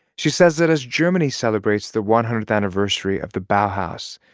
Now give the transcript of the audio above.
she says that as germany celebrates the one hundredth anniversary of the bauhaus,